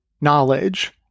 knowledge